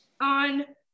On